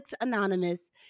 Anonymous